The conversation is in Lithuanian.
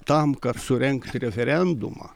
tam kad surengti referendumą